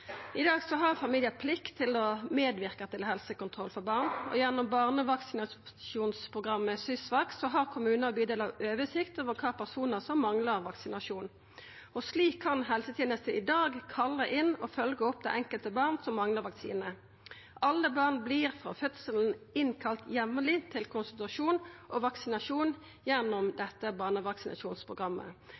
I dag har familiar plikt til å medverka til helsekontroll for barn, og gjennom barnevaksinasjonsprogrammet SYSVAK har kommunar og bydelar oversikt over kva personar som manglar vaksinasjon. Slik kan helsetenesta i dag kalla inn og følgja opp det enkelte barn som manglar vaksine. Alle barn vert frå fødselen innkalla jamleg til konsultasjon og vaksinasjon gjennom dette barnevaksinasjonsprogrammet.